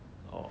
or